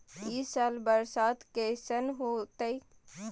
ई साल बरसात कैसन होतय?